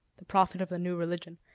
the prophet of the new religion,